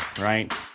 right